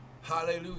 Hallelujah